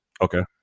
Okay